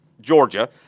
Georgia